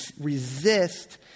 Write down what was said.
resist